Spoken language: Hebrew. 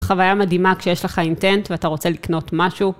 חוויה מדהימה כשיש לך אינטנט ואתה רוצה לקנות משהו.